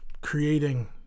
creating